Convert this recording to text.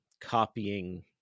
copying